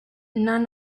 none